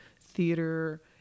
theater